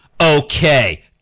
Okay